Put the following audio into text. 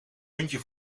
muntje